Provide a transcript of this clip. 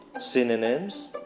Synonyms